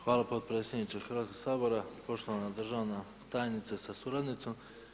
Hvala potpredsjedniče Hrvatskoga sabora, poštovana državna tajnice sa suradnicom.